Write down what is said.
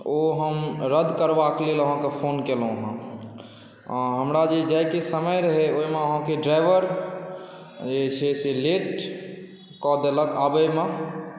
ओ हम रद्द करबाक लेल अहाँकेँ फोन केलहुँ हेँ हमरा जे जाइके समय रहै ओहिमे अहाँके ड्राइवर जे छै से लेट कऽ देलक अबयमे